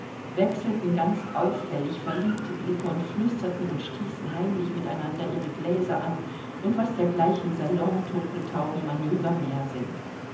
wechselten ganz auffällig verliebte blicke und flüsterten und stießen heimlich miteinander ihre gläser an und was dergleichen salonturteltauben manöver mehr sind